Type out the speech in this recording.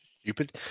stupid